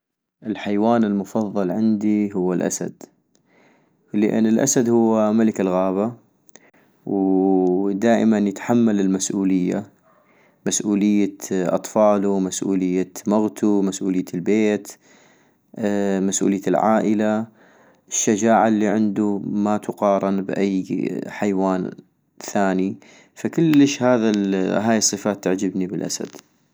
الحيوان المفضل عندي هو الاسد - لان الاسد هو ملك الغابة وو دائما يتحمل المسؤولية، مسؤولية اطفالو، مسؤولية مغتو، مسؤولية البيت، مسؤولية العائلة، الشجاعة الي عندو ما تقارن بأي حيوان ثاني - فكلش هاي الصفات تعجبني بالاسد